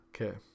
Okay